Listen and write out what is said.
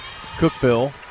Cookville